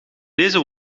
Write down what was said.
deze